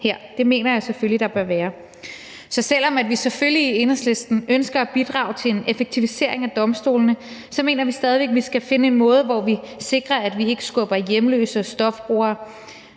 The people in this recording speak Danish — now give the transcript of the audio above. Det mener jeg selvfølgelig der bør være. Så selv om vi i Enhedslisten selvfølgelig ønsker at bidrage til en effektivisering af domstolene, mener vi stadig væk, at vi skal finde en måde, hvor vi sikrer, at vi ikke skubber hjemløse og stofbrugere